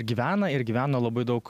gyvena ir gyveno labai daug